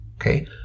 okay